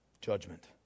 judgment